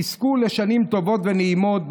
תזכו לשנים טובות ונעימות.